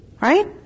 Right